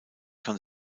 kann